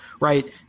right